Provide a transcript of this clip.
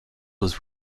was